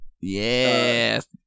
Yes